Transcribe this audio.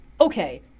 okay